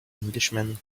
englishman